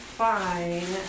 fine